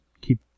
keep